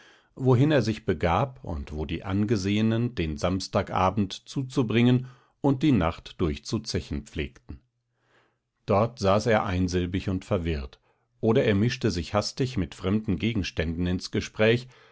wohin er sich begab und wo die angesehenen den samstagabend zuzubringen und die nacht durchzuzechen pflegten dort saß er einsilbig und verwirrt oder er mischte sich hastig mit fremden gegenständen ins gespräch